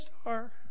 star